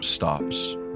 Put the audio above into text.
Stops